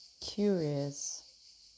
curious